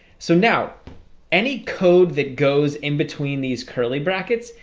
so now any code that goes in between these curly brackets.